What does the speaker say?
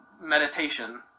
meditation